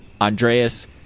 Andreas